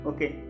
Okay